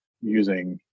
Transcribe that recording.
using